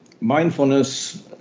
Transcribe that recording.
mindfulness